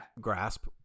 grasp